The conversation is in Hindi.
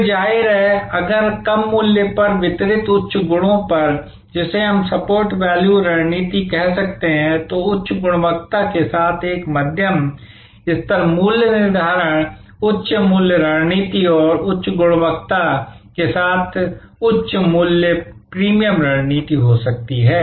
फिर जाहिर है अगर कम मूल्य पर वितरित उच्च गुणों पर जिसे हम सपोर्ट वैल्यू रणनीति कह सकते हैं तो उच्च गुणवत्ता के साथ एक मध्यम स्तर मूल्य निर्धारण उच्च मूल्य रणनीति और उच्च गुणवत्ता के साथ उच्च मूल्य प्रीमियम रणनीति हो सकती है